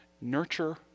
nurture